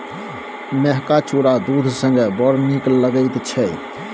मेहका चुरा दूध संगे बड़ नीक लगैत छै